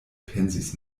pensis